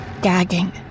gagging